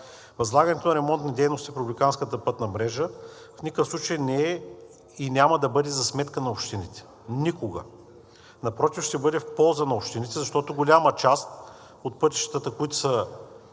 Възлагането на ремонтни дейности по републиканската пътна мрежа в никакъв случай не е и няма да бъде за сметка на общините. Никога! Напротив, ще бъде в полза на общините, защото голяма част от пътищата, които са